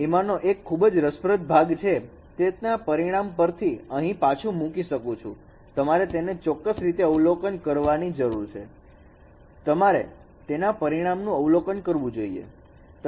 એમાંનો એક ખૂબ જ રસપ્રદ છે તેના પરિણામ પરથી પૂછી શકું છું તમારે તેને ચોક્કસ રીતે અવલોકન કરવાની જરૂર છે તમારે તેના પરિણામ નું અવલોકન કરવું જોઈએ